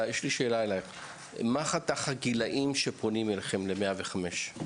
מה חתך הגילאים שפונים ל-105?